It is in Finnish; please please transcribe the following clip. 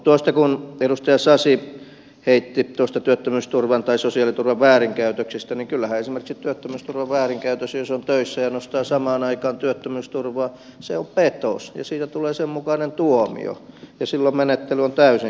mutta kun edustaja sasi heitti tuosta työttömyysturvan tai sosiaaliturvan väärinkäytöksistä niin kyllähän esimerkiksi työttömyysturvan väärinkäyttö jos on töissä ja nostaa samaan aikaan työttömyysturvaa on petos ja siitä tulee sen mukainen tuomio ja silloin menettely on täysin selvä